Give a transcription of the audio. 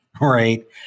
right